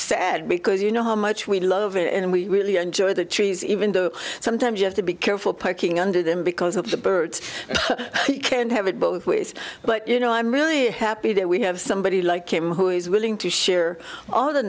sad because you know how much we love it and we enjoy the trees even though sometimes you have to be careful parking under them because of the birds you can't have it both ways but you know i'm really happy that we have somebody like him who is willing to share all the